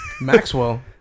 Maxwell